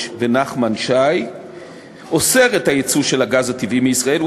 ונחמן שי אוסר את הייצוא של גז טבעי מישראל,